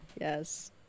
Yes